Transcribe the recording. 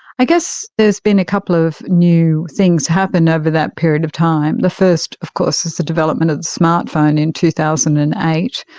i guess there has been a couple of new things happened over that period of time. the first of course is the development of the smart phone in two thousand and eight.